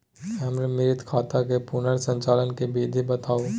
हमर मृत खाता के पुनर संचालन के विधी बताउ?